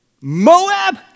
Moab